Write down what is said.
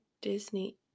disney